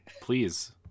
Please